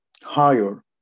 higher